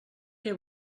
què